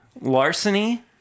Larceny